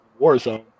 Warzone